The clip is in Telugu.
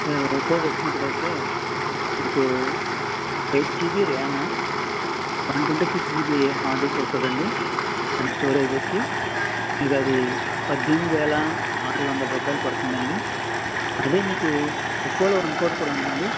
సార్ ఒప్పోకు వచ్చినప్పుడు అయితే మీకు eight GB RAM one twenty six GB hard disk వస్తుంది అండి అండ్ స్టోరేజ్ వచ్చి మీకు అది పద్దెనిమిది వేల ఆరువందల రూపాయలు పడుతుంది అండి అదే మీకు ఒప్పోలో ఇంకొకటి కూడా ఉంది అండి